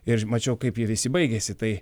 ir mačiau kaip jie visi baigėsi tai